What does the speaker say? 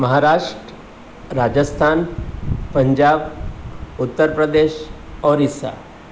Maharashtra Rajasthan Punjab Uttar Pradesh Orissa